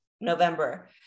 November